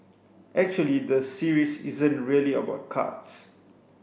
actually the series isn't really about cards